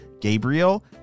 Gabriel